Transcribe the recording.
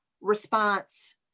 response